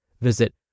Visit